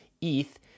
ETH